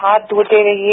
हाथ धोते रहिए